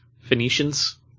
Phoenicians